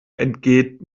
entgeht